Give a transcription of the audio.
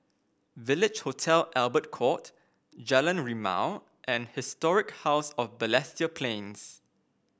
Village Hotel Albert Court Jalan Rimau and Historic House of Balestier Plains